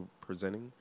presenting